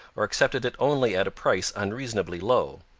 or accepted it only at a price unreasonably low.